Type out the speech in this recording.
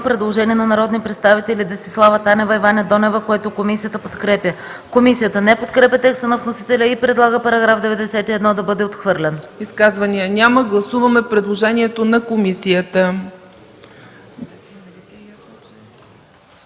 Предложение на народните представители Десислава Танева и Ваня Донева, което комисията подкрепя. Комисията не подкрепя текста на вносителя и предлага § 93 да бъде отхвърлен. ПРЕДСЕДАТЕЛ ЦЕЦКА ЦАЧЕВА: Изказвания? Няма. Гласуваме предложението на комисията